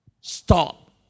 Stop